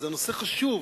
זה נושא חשוב.